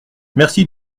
merci